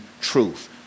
truth